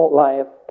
life